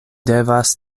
devas